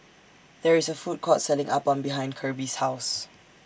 There IS A Food Court Selling Appam behind Kirby's House